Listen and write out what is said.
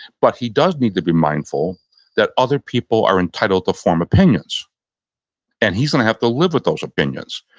but he does need to be mindful that other people are entitled to inform opinions and he's going to have to live with those opinions.